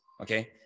okay